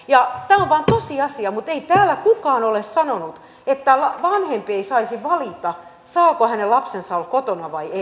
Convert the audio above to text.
ja tämä on vain tosiasia mutta ei täällä kukaan ole sanonut että vanhempi ei saisi valita saako hänen lapsensa olla kotona vai ei